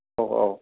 औ औ